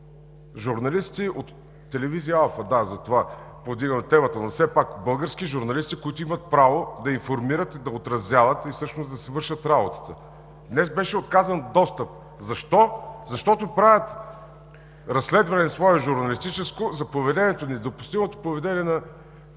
Журналисти от телевизия „Алфа“ – да, затова повдигам темата. Но все пак български журналисти, които имат право да информират, да отразяват и всъщност да си вършат работата. Днес беше отказан достъп. Защо? Защото правят свое журналистическо разследване за недопустимото поведение на…